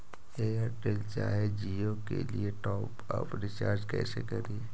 Airtel चाहे जियो के लिए टॉप अप रिचार्ज़ कैसे करी?